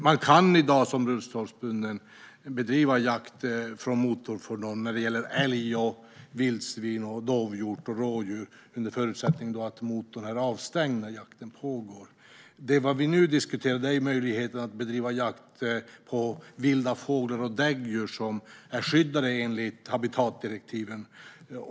Man kan i dag som rullstolsbunden bedriva jakt från motorfordon när det gäller älg, vildsvin, dovhjort och rådjur under förutsättning att motorn är avstängd när jakten pågår. Det som vi nu diskuterar är möjligheten att bedriva jakt på vilda fåglar och däggdjur som är skyddade enligt habitatdirektiven.